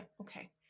okay